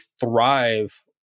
thrive